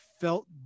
felt